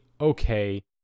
okay